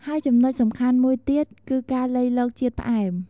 ហើយចំណុចសំខាន់មួយទៀតគឺការលៃលកជាតិផ្អែម។